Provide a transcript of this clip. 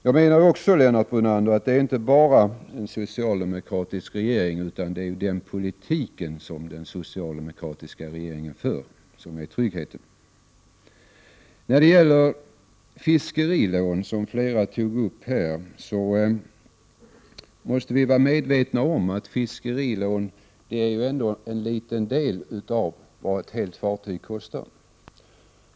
Jag menar att det inte bara är en socialdemokratisk regering, Lennart Brunander, utan också den socialdemokratiska politik som regeringen för som är tryggheten. När det gäller frågan om fiskerilån, som flera talare berört, måste vi vara medvetna om att lånen bara är en liten del av vad ett helt fartyg kostar.